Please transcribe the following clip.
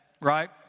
right